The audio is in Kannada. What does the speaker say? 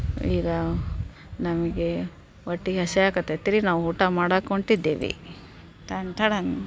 ಈಗ ನಮಗೆ ಹೊಟ್ಟಿಗ್ ಹಸಿಯಾಕತ್ತೈತ್ರಿ ನಾವು ಊಟ ಮಾಡಕ್ಕ ಹೊಂಟಿದ್ದೇವಿ ಟಂಟಡನ್